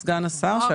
סגן השר.